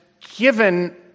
given